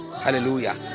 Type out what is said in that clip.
hallelujah